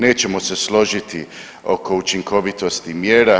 Nećemo se složiti oko učinkovitosti mjera.